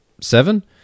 seven